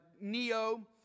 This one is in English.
Neo